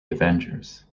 avengers